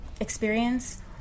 experience